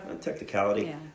technicality